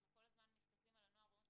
אנחנו כל הזמן מסתכלים על הנוער ואומרים,